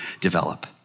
develop